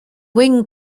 wing